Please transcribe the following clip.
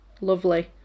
lovely